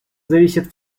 зависят